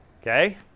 Okay